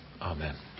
Amen